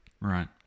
Right